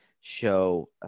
show